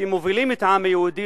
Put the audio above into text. שמובילים את העם היהודי,